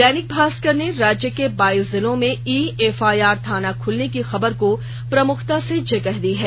दैनिक भास्कर ने राज्य के बाइस जिलों में ई एफआईआर थाने खुलने की खबर को प्रमुखता से जगह दी है